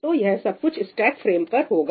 तो यह सब कुछ स्टेक फ्रेम पर होगा